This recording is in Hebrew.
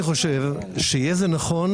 אני חושב שיהיה זה נכון,